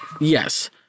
Yes